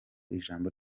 ijambo